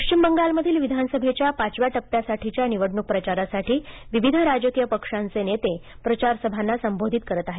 पश्चिम बंगालमधील विधानसभेच्या पाचव्या टप्प्यासाठीच्या निवडणूक प्रचारासाठी विविध राजकीय पक्षांचे नेते प्रचारसभांना संबोधित करत आहेत